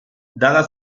dada